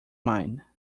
mine